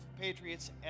patriots